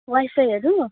वाइफाइहरू